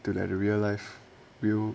to the real life will